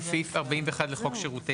בסעיף 41 לחוק שירותי תשלום?